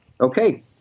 Okay